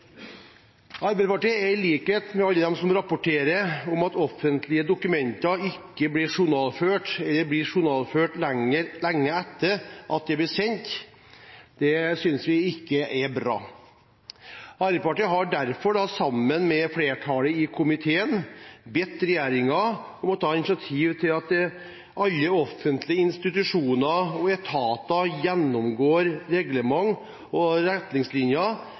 Arbeiderpartiet synes, i likhet med alle dem som rapporterer om det, at det ikke er bra at offentlige dokumenter ikke blir journalført eller blir journalført lenge etter at de blir sendt. Arbeiderpartiet har derfor sammen med flertallet i komiteen bedt regjeringen om å ta initiativ til at alle offentlige institusjoner og etater gjennomgår reglement og retningslinjer